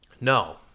No